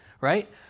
right